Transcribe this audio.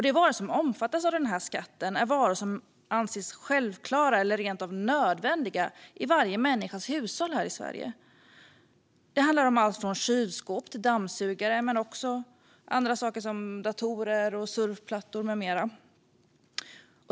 De varor som omfattas av skatten är varor som anses självklara eller rent av nödvändiga i varje människas hushåll i Sverige. Det handlar om allt från kylskåp och dammsugare till datorer, surfplattor med mera.